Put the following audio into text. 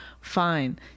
Fine